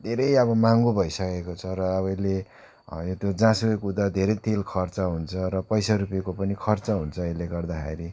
धेरै अब महँगो भइसकेको छ र अब यसले जहाँसुकै कुदायो धेरै तेल खर्च हुन्छ र पैसा रुपियाँको पनि खर्च हुन्छ यसले गर्दाखेरि